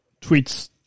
tweets